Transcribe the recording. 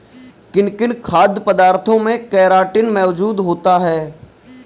किन किन खाद्य पदार्थों में केराटिन मोजूद होता है?